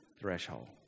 threshold